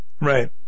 Right